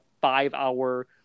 five-hour